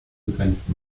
begrenzt